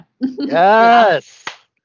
Yes